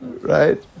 Right